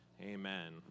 Amen